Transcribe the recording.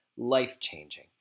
life-changing